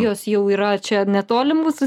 jos jau yra čia netoli mūsų